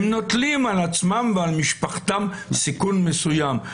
הם נוטלים על עצמם ועל משפחתם סיכון מסוים.